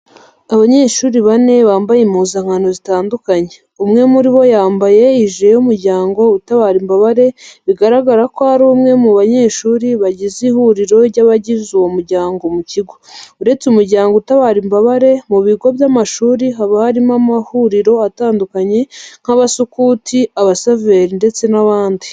Abanyeshuri bane bambaye impuzankano zitandukanye, umwe muri bo yambaye ijire y'umuryango utabara imbabare bigaragara ko ari umwe mu banyeshuri bagize ihuriro ry'abagize uwo muryango mu kigo. Uretse umuryango utabara imbabare, mu bigo by'amashuri haba harimo amahuriro atandukanye nk'abasukuti, abasaveri ndetse n'abandi.